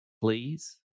please